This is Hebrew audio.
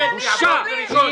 בושה.